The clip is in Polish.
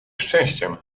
szczęściem